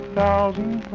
thousand